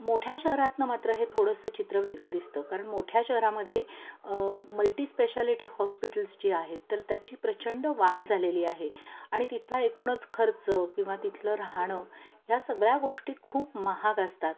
मोठ्या शहरातनं मात्र हे थोडंसं चित्र वेगळं दिसतं कारण मोठ्या शहरामध्ये मल्टीस्पेशालिटी हॉस्पिटल्स जी आहेत तर त्याची प्रचंड वाढ झालेली आहे आणि तिथला एकूणच खर्च किंवा तिथलं राहणं ह्या सगळ्या गोष्टी खूप महाग असतात